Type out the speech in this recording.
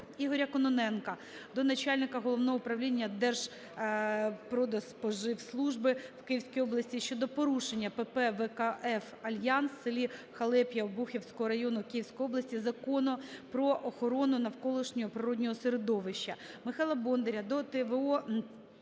Ігоря Кононенка до начальника Головного управління Держпродспоживслужби в Київській області щодо порушення ПП "ВКФ "Альянс"в селі Халеп'я, Обухівського району Київської області Закону "Про охорону навколишнього природного середовища".